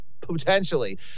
potentially